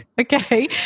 okay